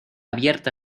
abierta